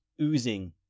oozing